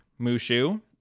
Mushu